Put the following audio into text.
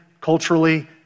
culturally